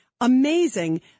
amazing